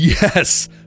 Yes